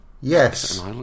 Yes